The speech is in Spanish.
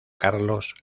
carlos